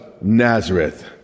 nazareth